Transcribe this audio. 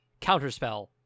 counterspell